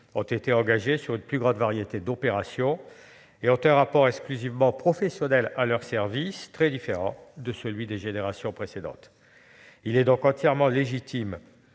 ont été engagés sur une plus grande variété d'opérations et ont un rapport exclusivement professionnel à leur service, très différent de celui des générations précédentes. Il est donc entièrement légitime